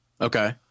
okay